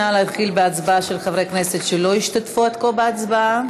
נא להתחיל בהצבעה של חברי כנסת שלא השתתפו עד כה בהצבעה.